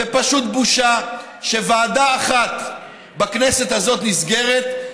זו פשוט בושה שוועדה אחת בכנסת הזאת נסגרת,